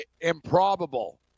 Improbable